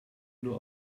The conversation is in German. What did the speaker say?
nur